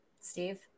Steve